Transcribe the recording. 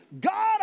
God